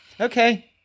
Okay